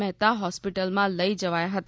મહેતા હોસ્પિટલમાં લઈ જવાયા હતા